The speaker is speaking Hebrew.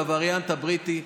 הווריאנט הבריטי,